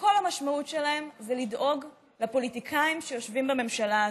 שכל המשמעות שלהם היא לדאוג לפוליטיקאים שיושבים בממשלה הזאת.